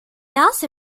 also